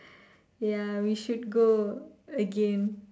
ya we should go again